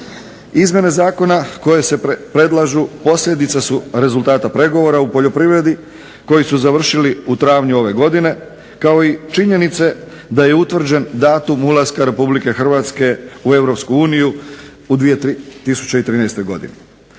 Izmjene Zakona koje se predlažu posljedica su rezultata pregovora u poljoprivredi koji su završili u travnju ove godine, kao i činjenice da je utvrđen datum ulaska Republike Hrvatske u Europsku uniju u 2013. godini.